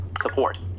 support